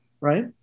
right